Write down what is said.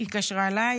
התקשרה אליי.